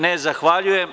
Ne, zahvaljujem.